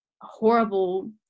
horrible